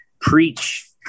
preach